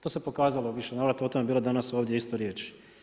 To se pokazalo u više navrata, o tome je bilo danas isto riječi.